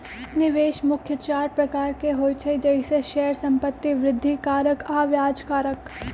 निवेश मुख्य चार प्रकार के होइ छइ जइसे शेयर, संपत्ति, वृद्धि कारक आऽ ब्याज कारक